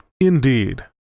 Indeed